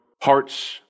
heart's